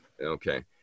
Okay